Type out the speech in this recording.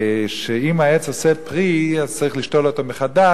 שאם העץ עושה פרי, אז צריך לשתול אותו מחדש.